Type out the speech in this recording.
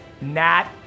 Nat